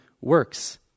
works